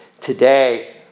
Today